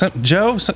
Joe